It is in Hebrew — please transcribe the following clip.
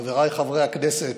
חבריי חברי הכנסת,